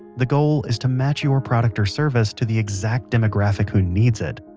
the goal is to match your product or service to the exact demographic who needs it.